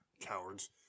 Cowards